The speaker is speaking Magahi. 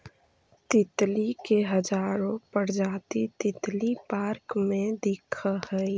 तितली के हजारो प्रजाति तितली पार्क में दिखऽ हइ